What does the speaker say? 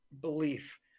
belief